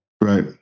right